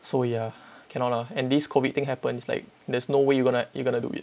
so ya cannot lah and this COVID thing happens like there's no way you going to you're going to do it